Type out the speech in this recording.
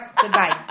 Goodbye